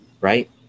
Right